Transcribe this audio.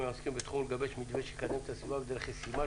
העוסקים בתחום ולגבש מתווה שיקדם את הסביבה בדרך ישימה,